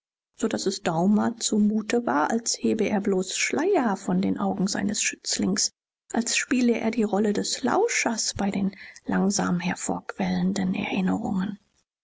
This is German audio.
so daß es daumer zumute war als hebe er bloß schleier von den augen seines schützlings als spiele er die rolle des lauschers bei den langsam hervorquellenden erinnerungen